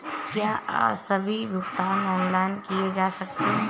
क्या सभी भुगतान ऑनलाइन किए जा सकते हैं?